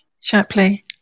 Shapley